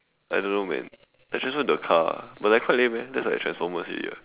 I don't know man I transfrom into a car but like quite lame eh that's like transformer already